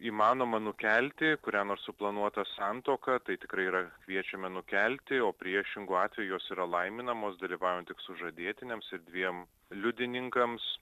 įmanoma nukelti kurią nors suplanuotą santuoką tai tikrai yra kviečiame nukelti o priešingu atveju jos yra laiminamos dalyvaujant tik sužadėtiniams ir dviem liudininkams